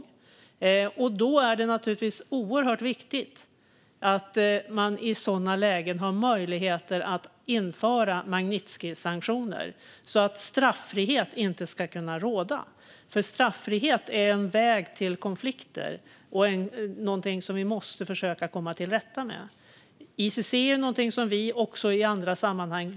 I sådana lägen är det naturligtvis oerhört viktigt att man har möjlighet att införa Magnitskijsanktioner så att straffrihet inte ska kunna råda. Straffrihet är en väg till konflikter och någonting som vi måste försöka att komma till rätta med. ICC är något som vi lyfter i andra sammanhang.